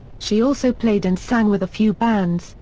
she also played and sang with a few bands,